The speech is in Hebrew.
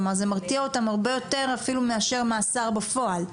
כלומר זה מרתיע אותם הרבה יותר אפילו מאשר מאסר בפועל.